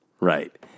Right